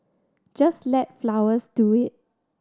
just let flowers do it